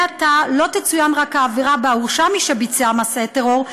מעתה לא תצוין רק העבירה שבה הורשע מי שביצע מעשה טרור,